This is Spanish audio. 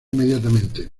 inmediatamente